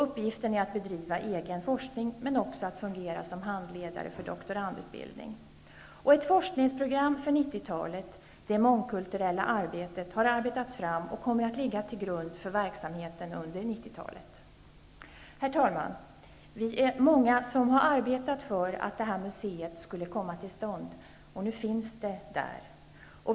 Uppgiften är att bedriva egen forskning, men också att fungera som handledare för doktorandutbildning. Ett forskningsprogram för 1990-talet -- det mångkulturella arbetet -- har arbetats fram och kommer att ligga till grund för verksamheten under Herr talman! Vi är många som har arbetat för att det här museet skulle komma till stånd. Nu finns det där.